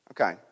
Okay